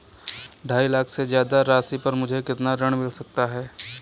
ढाई लाख से ज्यादा राशि पर मुझे कितना ऋण मिल सकता है?